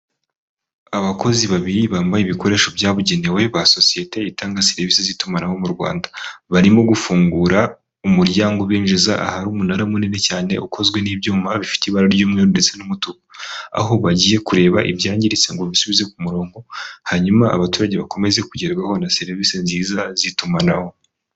Abakozi babiri bambaye ibikoresho byabugenewe ba sosiyete itanga serivise z'itumanaho mu Rwanda, barimo gufungura umuryango ubinjiza ahari umunara munini cyane ukozwe n'ibyuma bifite ibara ry'umweru ndetse n'umutuku aho bagiye kureba ibyangiritse ngo babisubize ku murongo, hanyuma abaturage bakomeze kugerwaho na serivise nziza z'itumanaho.